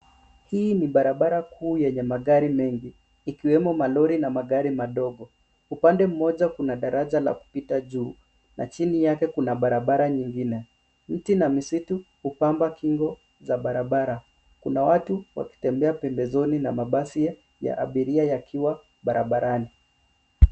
Hii ni barabara kuu yenye magari mengi ikiwemo malori na magari madogo. Upande mmoja kuna daraja la kupita juu na chini yake kuna barabara nyingine. Miti na misitu hupamba kingo za barabara. Kuna watu wanatembea pembezoni na mabasi ya abiria yakiwa barabarani.